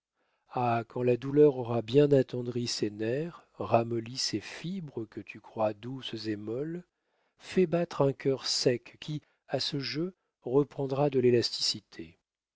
ah quand la douleur aura bien attendri ces nerfs ramolli ces fibres que tu crois douces et molles fait battre un cœur sec qui à ce jeu reprendra de l'élasticité